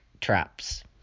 traps